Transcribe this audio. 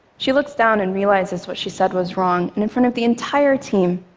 she looks down and realizes what she said was wrong, and in front of the entire team,